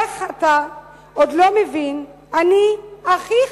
איך אתה עוד לא מבין / אני אחיך,